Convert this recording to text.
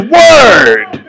word